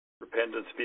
Repentance